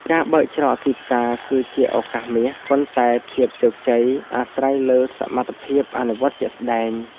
ការបើកច្រកទីផ្សារគឺជាឱកាសមាស ប៉ុន្តែភាពជោគជ័យអាស្រ័យលើសមត្ថភាពអនុវត្តជាក់ស្ដែង។